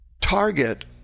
Target